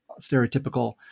stereotypical